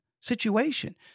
situation